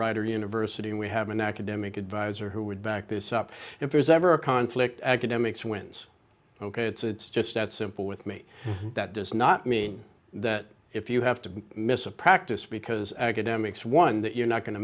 or university and we have an academic adviser who would back this up if there's ever a conflict academics wins ok it's just that simple with me that does not mean that if you have to miss a practice because academics one that you're not going to